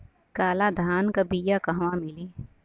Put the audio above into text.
काला धान क बिया कहवा मिली?